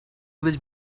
was